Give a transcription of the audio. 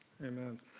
Amen